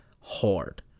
hard